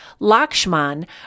Lakshman